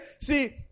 See